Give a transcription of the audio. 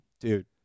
dude